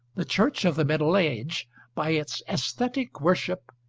the church of the middle age by its aesthetic worship,